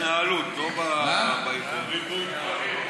ריבוי גברים.